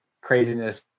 craziness